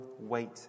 wait